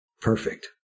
perfect